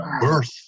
birth